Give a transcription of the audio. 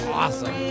awesome